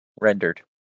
rendered